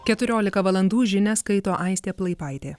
keturiolika valandų žinias skaito aistė plaipaitė